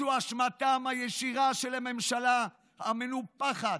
זו אשמתה הישירה של הממשלה המנופחת,